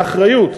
באחריות.